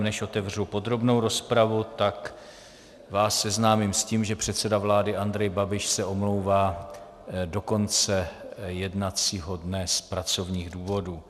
Než otevřu podrobnou rozpravu, tak vás seznámím s tím, že předseda vlády Andrej Babiš se omlouvá do konce jednacího dne z pracovních důvodů.